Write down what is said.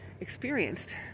experienced